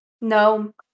no